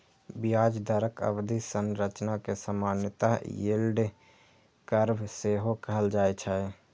ब्याज दरक अवधि संरचना कें सामान्यतः यील्ड कर्व सेहो कहल जाए छै